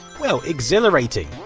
well, exhilarating.